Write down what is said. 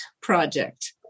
project